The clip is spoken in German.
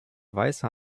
weißer